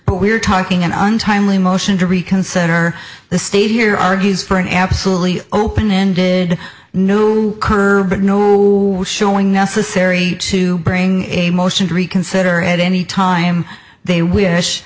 but we're talking and untimely motion to reconsider the stay here argues for an absolutely open ended new courbet new showing necessary to bring a motion to reconsider at any time they wi